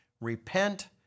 Repent